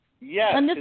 Yes